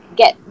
get